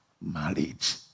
marriage